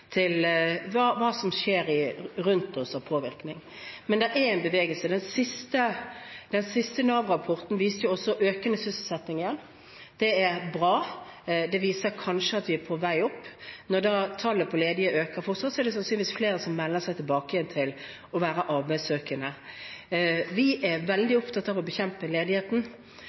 hva som skjer rundt oss av påvirkning. Men det er en bevegelse. Den siste Nav-rapporten viste også økende sysselsetting igjen. Det er bra. Det viser kanskje at vi er på vei opp. Når tallet på ledige øker fortsatt, er det sannsynligvis fordi flere melder seg tilbake igjen som arbeidssøkende. Vi er veldig opptatt av å bekjempe ledigheten,